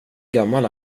gammal